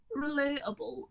relatable